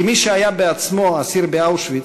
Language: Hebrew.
כמי שהיה בעצמו אסיר באושוויץ,